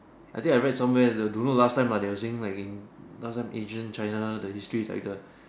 I think I read some where the don't know last time ah they were saying like last time ancient China the history is like the